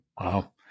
Wow